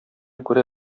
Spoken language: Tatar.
күрә